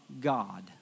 God